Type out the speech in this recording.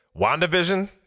WandaVision